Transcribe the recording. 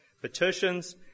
petitions